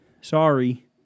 Sorry